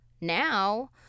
now